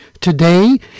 Today